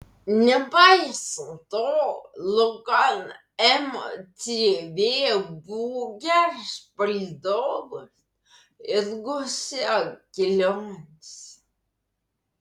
nepaisant to logan mcv buvo geras palydovas ilgose kelionėse